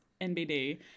NBD